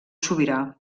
sobirà